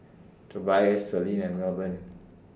Tobias Selene and Milburn